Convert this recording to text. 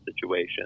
situation